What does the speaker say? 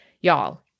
Y'all